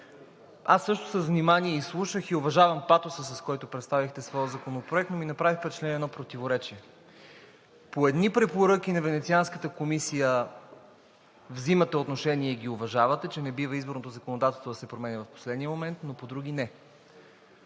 аз също с внимание изслушах и уважавам патоса, с който представихте своя законопроект, но ми направи впечатление едно противоречие. По едни препоръки на Венецианската комисия взимате отношение и ги уважавате – че не бива изборното законодателство да се променя в последния момент, но по други – не.